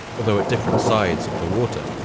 although at different sides of the water.